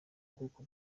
bwoko